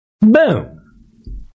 Boom